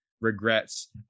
regrets